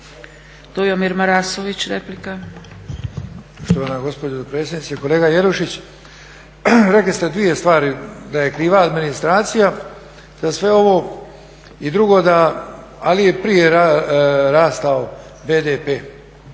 Dujomir Marasović, replika.